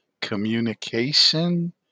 communication